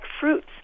fruits